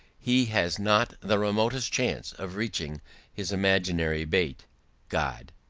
he has not the remotest chance of reaching his imaginary bait god,